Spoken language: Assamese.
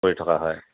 কৰি থকা হয়